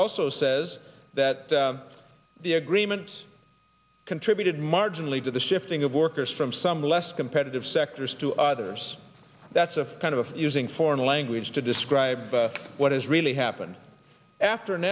also says that the agreements contributed marginally to the shifting of workers from some less competitive sectors to others that's a kind of using foreign language to describe what has really happened after